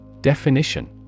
Definition